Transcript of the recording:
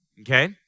okay